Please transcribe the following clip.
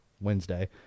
Wednesday